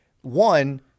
one